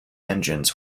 engines